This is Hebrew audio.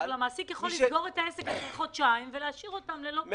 אבל המעסיק יכול לסגור את העסק אחרי חודשיים ולהשאיר אותם ללא פרנסה.